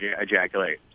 ejaculate